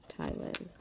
Thailand